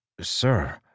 Sir